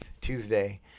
tuesday